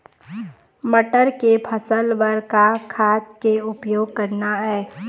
मटर के फसल बर का का खाद के उपयोग करना ये?